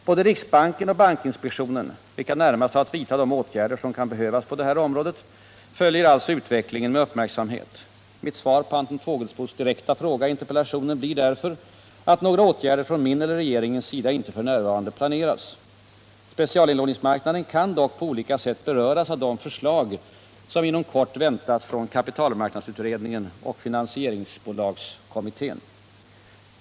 Både riksbanken och bankinspektionen, vilka närmast har att vidta de åtgärder som kan behövas på det här området, följer utvecklingen med uppmärksamhet. Mitt svar på Anton Fågelsbos direkta fråga i interpellationen blir därför att några åtgärder från min eller regeringens sida inte f.n. planeras. Specialinlåningsmarknaden kan dock på olika sätt beröras av de förslag som inom kort väntas från kapitalmarknadsutredningen och finansieringsbolagskommittén.